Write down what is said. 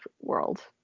world